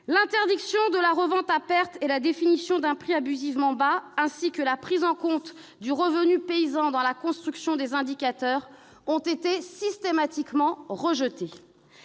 L'interdiction de la revente à perte et la définition d'un prix abusivement bas, ainsi que la prise en compte du revenu paysan dans la construction des indicateurs, ont été systématiquement rejetées.